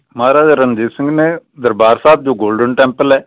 ਮਹਾਰਾਜਾ ਰਣਜੀਤ ਸਿੰਘ ਨੇ ਦਰਬਾਰ ਸਾਹਿਬ ਜੋ Golden Temple ਹੈ